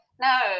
no